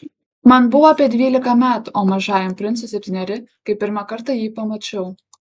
man buvo apie dvylika metų o mažajam princui septyneri kai pirmą kartą jį pamačiau